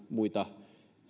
muita